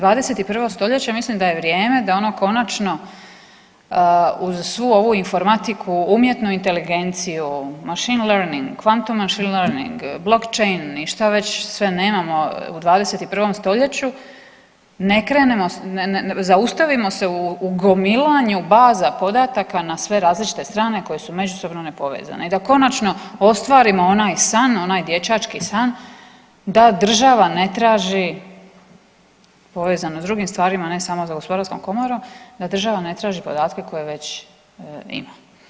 21. st., mislim da je vrijeme da ono konačno uz svu ovu informatiku, umjetnu inteligenciju, machine learning, quantum machine learning, Blockchain i šta već sve nemamo u 21. st., ne krenemo, zaustavimo se u gomilanju baza podataka na sve različite strane koje su međusobno nepovezane i da konačno ostvarimo onaj san, onaj dječački san da država ne traži povezano s drugim stvarima, ne samo s Gospodarskom komorom, da država ne traži podatke koje već ima.